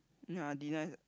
yeah Dina is